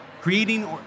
creating